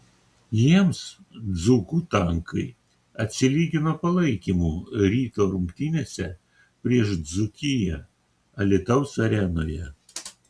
jiems dzūkų tankai atsilygino palaikymu ryto rungtynėse prieš dzūkiją alytaus arenoje